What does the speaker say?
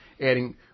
adding